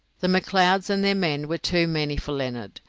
the mcleods and their men were too many for leonard.